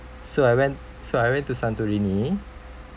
so I went so I went to santorini